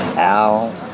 Al